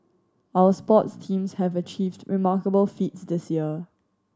our sports teams have achieved remarkable feats this year